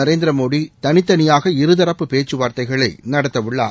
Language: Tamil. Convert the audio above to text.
நரேந்திர மோடி தனித்தனியாக இருதரப்பு பேச்சுவார்த்தைகளை நடத்தவுள்ளார்